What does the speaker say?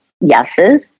yeses